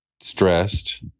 stressed